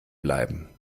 bleiben